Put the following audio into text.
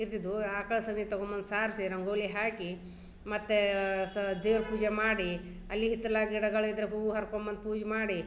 ಇರ್ತಿದ್ವು ಆಕ್ಳ ಸಗಣಿ ತಗೊಂಬಂದು ಸಾರಿಸಿ ರಂಗೋಲಿ ಹಾಕಿ ಮತ್ತು ಸಾ ದೇವ್ರ ಪೂಜೆ ಮಾಡಿ ಅಲ್ಲಿ ಹಿತ್ತಲ ಗಿಡಗಳಿದ್ರ ಹೂ ಹರ್ಕೊಂಬಂದು ಪೂಜ ಮಾಡಿ